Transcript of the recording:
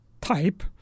type